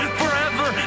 forever